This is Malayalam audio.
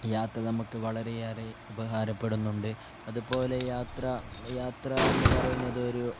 യാത്ര നമ്മൾക്ക് വളരെയേറെ ഉപകാരപ്പെടുന്നുണ്ട് അതു പോലെ യാത്ര യാത്ര എന്നു പറയുന്നത് ഒരു